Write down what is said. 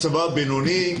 מצבה בינוני.